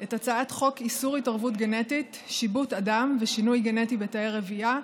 את הצעת חוק איסור התערבות גנטית (שיבוט אדם ושינוי גנטי בתאי רבייה)